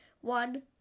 one